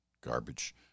garbage